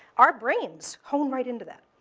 our brains hone right into that.